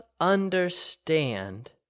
understand